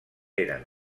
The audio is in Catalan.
eren